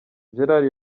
gerard